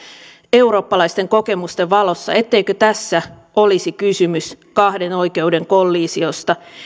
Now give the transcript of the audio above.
eurooppalaisten kokemusten valossa et teikö tässä olisi kysymys kahden oikeuden kollisiosta